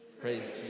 Praise